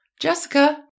Jessica